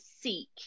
seek